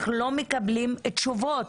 אנחנו לא מקבלים תשובות,